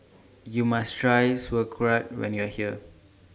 YOU must Try Sauerkraut when YOU Are here